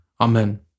Amen